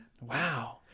Wow